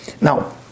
now